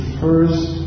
first